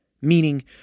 Meaning